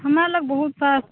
हमरा लग बहुत रास